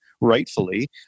rightfully